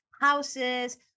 houses